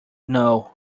know